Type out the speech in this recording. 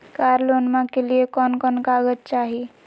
कार लोनमा के लिय कौन कौन कागज चाही?